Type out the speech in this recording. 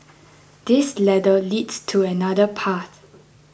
this ladder leads to another path